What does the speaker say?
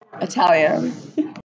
Italian